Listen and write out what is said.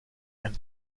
and